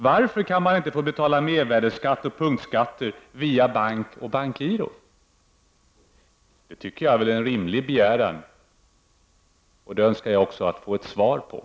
Varför kan man inte få betala mervärdeskatt och punktskatter via bank och bankgiro? Jag tycker att det är en rimlig begäran, Här önskar jag få ett besked.